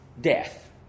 death